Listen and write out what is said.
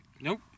Nope